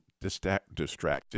distracted